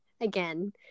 again